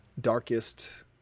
darkest